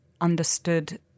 understood